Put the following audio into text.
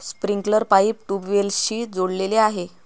sprinkler pipe ट्यूबवेल्सशी जोडलेले आहे